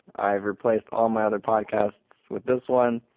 i've replaced all my other podcasts with this one.